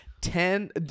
ten